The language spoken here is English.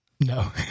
No